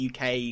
UK